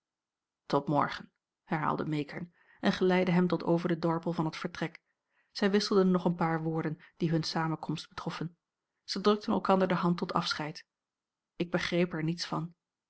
tot morgen herhaalde meekern en geleidde hem tot over den dorpel van het vertrek zij wisselden nog een paar woorden die hunne samenkomst betroffen zij drukten elkander de hand tot afscheid ik begreep er niets van